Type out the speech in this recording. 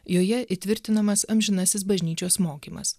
joje įtvirtinamas amžinasis bažnyčios mokymas